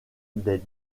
des